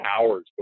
hours